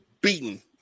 beaten